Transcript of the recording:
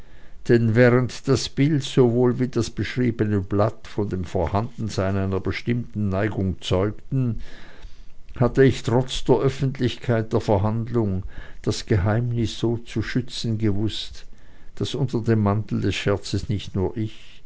denn während das bild sowohl wie das beschriebene blatt von dem vorhandensein einer bestimmten neigung zeugten hatte ich trotz der öffentlichkeit der verhandlung das geheimnis so zu schützen gewußt daß unter dem mantel des scherzes nicht nur ich